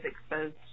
exposed